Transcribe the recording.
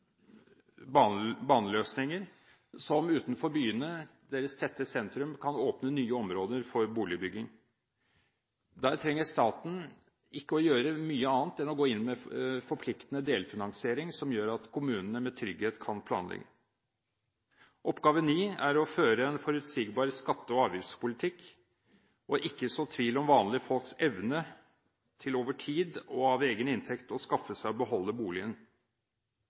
skinnegående baner, som utenfor byenes tette sentrum kan åpne for nye områder for boligbygging. Der trenger ikke staten å gjøre mye annet enn å gå inn med en forpliktende delfinansiering som gjør at kommunene med trygghet kan planlegge. Oppgave ni er å føre en forutsigbar skatte- og avgiftspolitikk og ikke så tvil om vanlige folks evne til over tid og av egen inntekt å skaffe seg og beholde